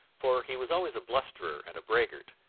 for he was always a blusterer and a braggart,